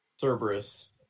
Cerberus